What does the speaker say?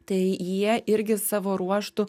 tai jie irgi savo ruožtu